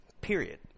period